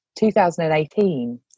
2018